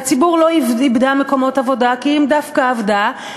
והציבור לא איבדה מקומות עבודה כי אם דווקא עבדה,